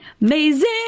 Amazing